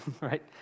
right